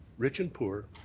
rich and poor,